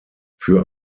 für